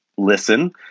listen